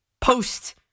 post